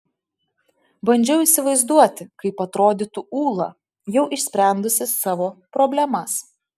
bandžiau įsivaizduoti kaip atrodytų ūla jau išsprendusi savo problemas